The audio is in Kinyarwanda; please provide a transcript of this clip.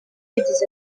yagize